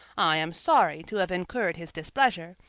i am sorry to have incurred his displeasure,